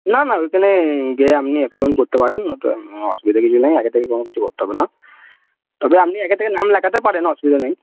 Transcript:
না না ওইখানে গিয়ে আপনি অ্যাপয়েনমেন্ট করতে পারেন নত অসুবিধা কিছু নেই আগে থেকে কোনো কিছু করতে হবে না তবে আপনি আগে থেকে নাম লেখাতে পারেন অসুবিধা নেই